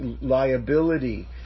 liability